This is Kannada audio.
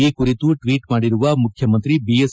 ಈ ಕುರಿತು ಟ್ವೀಟ್ ಮಾಡಿರುವ ಮುಖ್ಡಮಂತ್ರಿ ಬಿಎಸ್